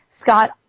Scott